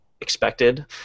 expected